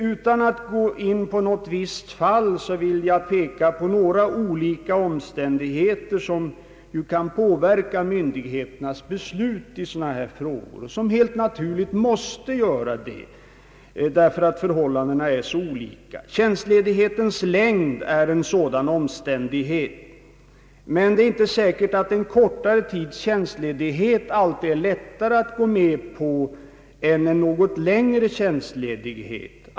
Utan att gå in på något visst fall vill jag peka på några omständigheter, som kan påverka myndigheternas beslut i sådana frågor — och som helt naturligt måste göra det på grund av att förhållandena är så olika. Tjänstledighetens längd är en sådan omständighet, men det är inte säkert att en kortare tids tjänstledighet alltid är lättare att gå med på än en något längre tjänstledighet.